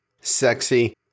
sexy